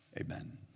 amen